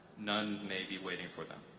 none may be waiting for them.